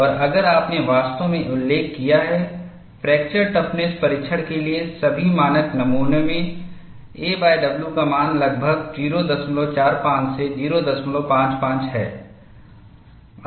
और अगर आपने वास्तव में उल्लेख किया है फ्रैक्चर टफनेस परीक्षण के लिए सभी मानक नमूनों में aw का मान लगभग 045 से 055 है